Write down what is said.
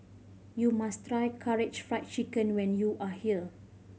you must try Karaage Fried Chicken when you are here